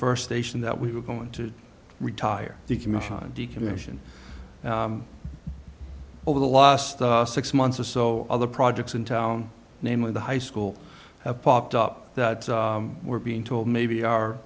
first station that we were going to retire the commission decommission over the last six months or so other projects in town namely the high school have popped up that we're being told maybe our